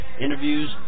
interviews